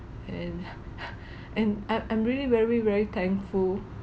and and I'm I'm really very very thankful